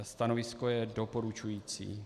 Stanovisko je doporučující.